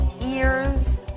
ears